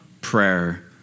prayer